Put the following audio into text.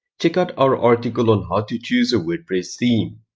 check out our article on how to choose a wordpress theme.